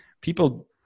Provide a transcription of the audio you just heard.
People